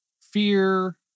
fear